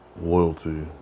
loyalty